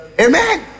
Amen